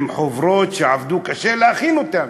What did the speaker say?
עם חוברות שעבדו קשה להכין אותן.